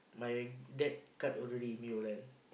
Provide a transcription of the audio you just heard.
my dad cut orderly new line